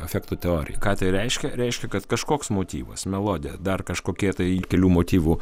afektų teorija ką tai reiškia reiškia kad kažkoks motyvas melodija dar kažkokie tai kelių motyvų